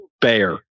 bear